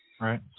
Right